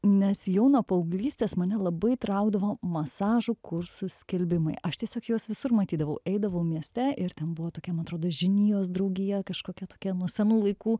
nes jau nuo paauglystės mane labai traukdavo masažų kursų skelbimai aš tiesiog juos visur matydavau eidavau mieste ir ten buvo tokia man atrodo žinijos draugija kažkokia tokia nuo senų laikų